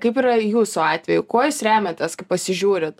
kaip yra jūsų atveju kuo jūs remiatės kai pasižiūrit